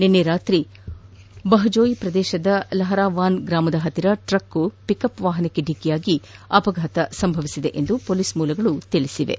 ನಿನ್ನೆ ರಾತ್ರಿ ಬಹಜೋಯ್ ಪ್ರದೇಶದ ಲಹರಾವಾನ್ ಗ್ರಾಮದ ಬಳಿ ಟ್ರಕ್ವೊಂದು ಪಿಕ್ಅಪ್ ವಾಹನಕ್ಕೆ ಡಿಕ್ಕಿಯಾಗಿ ಅಪಘಾತ ಸಂಭವಿಸಿದೆ ಎಂದು ಪೊಲೀಸ್ ಮೂಲಗಳು ಆಕಾಶವಾಣಿಗೆ ತಿಳಿಸಿವೆ